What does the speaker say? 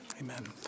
Amen